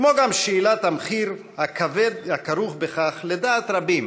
כמו גם שאלת המחיר הכבד הכרוך בכך לדעת רבים,